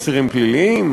אסירים פליליים,